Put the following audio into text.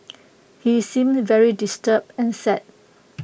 he seemed very disturbed and sad